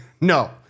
No